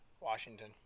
Washington